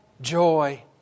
Joy